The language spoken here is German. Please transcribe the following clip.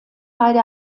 beide